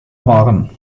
horn